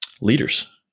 leaders